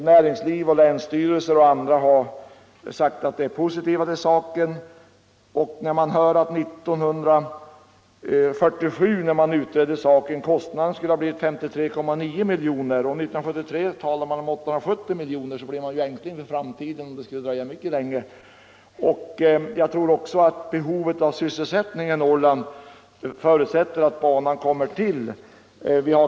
Näringsliv, länsstyrelser och andra har ställt sig positiva till en sådan utbyggnad. När man utredde frågan 1947 kom man fram till att kostnaderna för en förlängning då skulle ha blivit 53,9 miljoner kronor, och 1973 beräknades kostnaderna till 870 miljoner. Då blir man ju ängslig för kostnaderna i framtiden, om utbyggnaden dröjer länge. Vidare tror jag att behovet av sysselsättning i Norrland förutsätter att banan byggs ut.